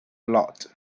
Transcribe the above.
lot